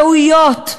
ראויות,